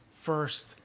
first